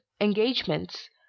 engagements